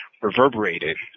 Reverberated